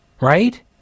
right